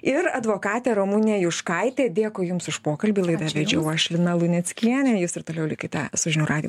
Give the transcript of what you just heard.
ir advokatė ramunė juškaitė dėkui jums už pokalbį laidą vedžiau aš lina luneckienė jūs ir toliau likite su žinių radiju